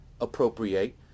appropriate